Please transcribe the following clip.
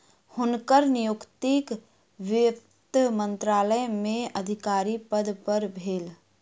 हुनकर नियुक्ति वित्त मंत्रालय में अधिकारी पद पर भेल